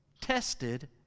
Tested